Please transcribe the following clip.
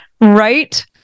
Right